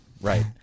Right